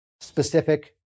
specific